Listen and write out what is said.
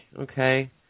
Okay